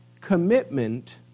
commitment